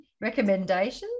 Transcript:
Recommendations